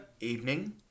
evening